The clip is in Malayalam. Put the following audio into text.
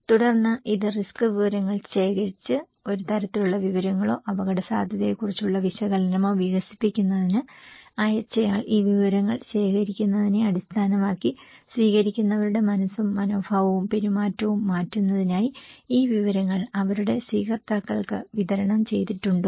തുടർന്ന് ഇത് റിസ്ക് വിവരങ്ങൾ ശേഖരിച്ചു ഒരു തരത്തിലുള്ള വിവരങ്ങളോ അപകടസാധ്യതയെക്കുറിച്ചുള്ള വിശകലനമോ വികസിപ്പിക്കുന്നതിന് അയച്ചയാൾ ഈ വിവരങ്ങൾ ശേഖരിക്കുന്നതിനെ അടിസ്ഥാനമാക്കി സ്വീകരിക്കുന്നവരുടെ മനസ്സും മനോഭാവവും പെരുമാറ്റവും മാറ്റുന്നതിനായി ഈ വിവരങ്ങൾ അവരുടെ സ്വീകർത്താക്കൾക്ക് വിതരണം ചെയ്തിട്ടുണ്ടോ